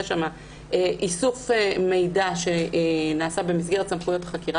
יש שם איסוף מידע שנעשה במסגרת סמכויות החקירה